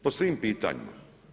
Po svim pitanjima.